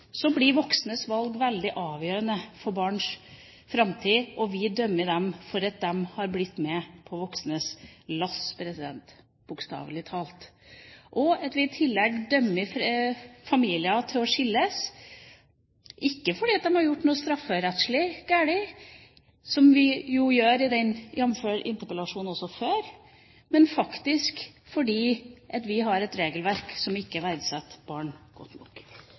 blir voksnes valg veldig avgjørende for barns framtid, og vi dømmer dem for at de bokstavelig talt har blitt med på de voksnes lass. I tillegg dømmer vi familier til å skilles, ikke fordi de har gjort noe strafferettslig galt – jf. forrige interpellasjon – men faktisk fordi vi har et regelverk som ikke verdsetter barn godt nok.